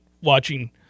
watching